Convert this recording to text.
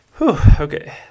Okay